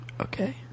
Okay